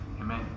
Amen